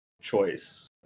choice